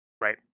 right